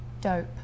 Dope